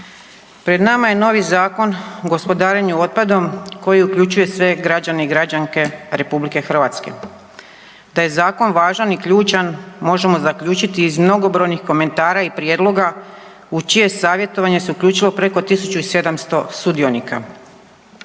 Pred nama je novi Zakon o gospodarenju otpadom koji uključuje sve građane i građanke RH. Da je Zakon važan i ključan možemo zaključiti iz mnogobrojnih komentara i prijedloga u čije savjetovanje se uključilo preko 1700 sudionika.